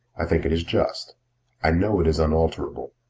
i think it is just i know it is unalterable.